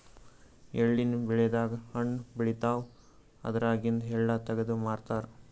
ಎಳ್ಳಿನ್ ಬೆಳಿದಾಗ್ ಹಣ್ಣ್ ಬೆಳಿತಾವ್ ಅದ್ರಾಗಿಂದು ಎಳ್ಳ ತಗದು ಮಾರ್ತಾರ್